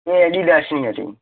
એ એડિડાસની હતી